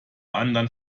anderen